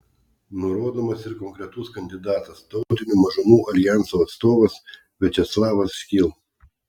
nurodomas ir konkretus kandidatas tautinių mažumų aljanso atstovas viačeslavas škil